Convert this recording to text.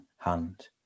Hand